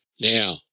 Now